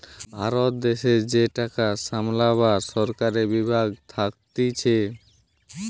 ভারত দেশের যে টাকা সামলাবার সরকারি বিভাগ থাকতিছে